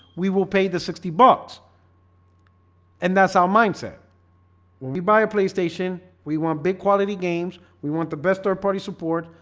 we will pay the sixty bucks and that's our mindset when we buy a playstation we want big quality games. we want the best third-party support.